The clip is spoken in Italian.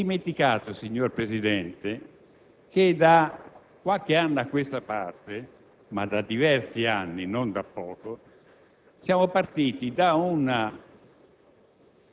dell'opposizione si sia ritenuto che la criminalità in Italia dipenda principalmente dall'allargamento dell'Unione Europea.